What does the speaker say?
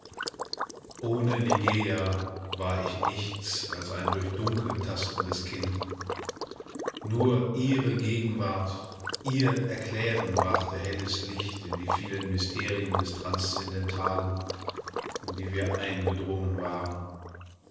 ohne ligeia war ich nichts als ein durch dunkel tastendes kind nur ihre gegenwart ihr erklären brachte helles licht in die vielen mysterien des transzendentalen in die wir eingedrungen waren